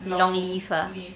long leave ah